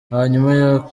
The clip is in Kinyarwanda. hanyuma